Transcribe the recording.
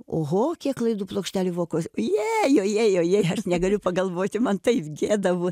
oho kiek klaidų plokštelė vokuos jei ojej ojej negaliu pagalvoti man taip gėda buvo